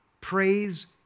praise